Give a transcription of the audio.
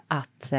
att